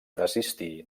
desistir